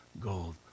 gold